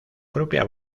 propia